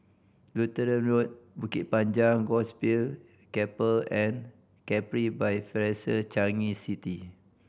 Lutheran Road Bukit Panjang Gospel Chapel and Capri by Fraser Changi City